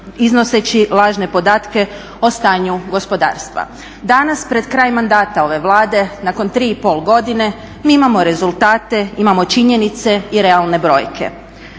iznoseći lažne podatke o stanju gospodarstva. Danas pred kraj mandata ove Vlade nakon 3 i pol godine mi imamo rezultate, imamo činjenice i realne brojke.